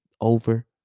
over